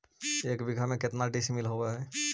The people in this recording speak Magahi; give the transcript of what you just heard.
एक बीघा में केतना डिसिमिल होव हइ?